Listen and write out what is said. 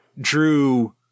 drew